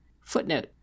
Footnote